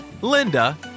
Linda